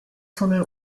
tunnel